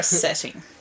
setting